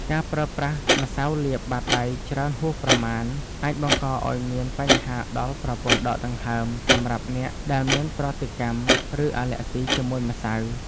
ការប្រើប្រាស់ម្សៅលាបបាតដៃច្រើនហួសប្រមាណ អាចបង្កឱ្យមានបញ្ហាដល់ប្រព័ន្ធដកដង្ហើមសម្រាប់អ្នកដែលមានប្រតិកម្ម ឬអាឡែស៊ីជាមួយម្សៅ។